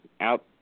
out